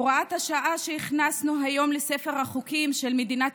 הוראת השעה שהכנסנו היום לספר החוקים של מדינת